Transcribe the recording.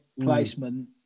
placement